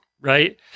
Right